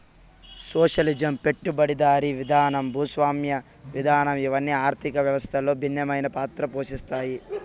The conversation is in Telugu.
సోషలిజం పెట్టుబడిదారీ విధానం భూస్వామ్య విధానం ఇవన్ని ఆర్థిక వ్యవస్థలో భిన్నమైన పాత్ర పోషిత్తాయి